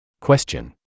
Question